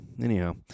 anyhow